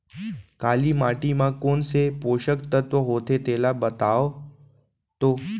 काली माटी म कोन से पोसक तत्व होथे तेला बताओ तो?